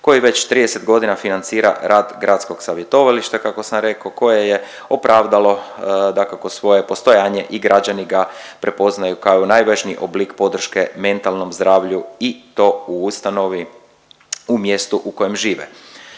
koji već 30 godina financira rad gradskog savjetovališta kako sam rekao koje je opravdalo dakako svoje postojanje i građani ga prepoznaju kao najvažniji oblik podrške mentalnom zdravlju i to u ustanovi u mjestu u kojem žive.